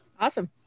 Awesome